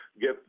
get